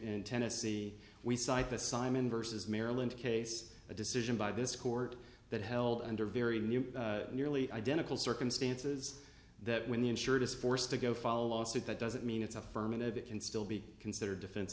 in tennessee we cite the simon versus maryland case a decision by this court that held under very nearly identical circumstances that when the insured is forced to go follow a lawsuit that doesn't mean it's affirmative it can still be considered defense